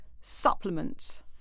supplement